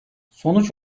sonuç